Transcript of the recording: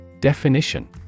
Definition